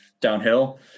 downhill